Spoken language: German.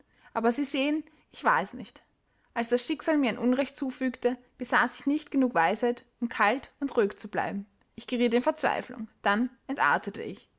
aber sie sehen ich war es nicht als das schicksal mir ein unrecht zufügte besaß ich nicht genug weisheit um kalt und ruhig zu bleiben ich geriet in verzweiflung dann entartete ich